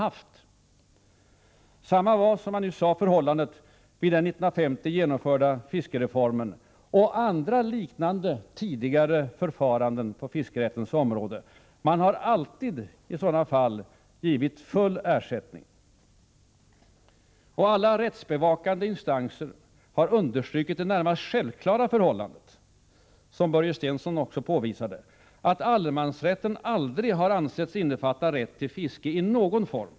Detsamma var förhållandet vid den år 1950 genomförda fiskereformen och andra liknande tidigare förfaranden på fiskerättens område — man har alltid i sådana fall givit full ersättning. Alla rättsbevakande instanser har understrukit det närmast självklara förhållandet, som också Börje Stensson påvisade, att allemansrätten aldrig ansetts innefatta rätt till fiske i någon form.